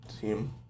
team